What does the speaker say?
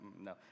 no